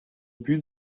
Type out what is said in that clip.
but